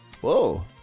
Whoa